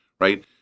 right